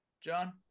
john